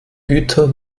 güter